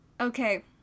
Okay